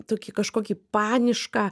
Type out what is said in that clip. tokį kažkokį panišką